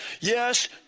Yes